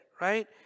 right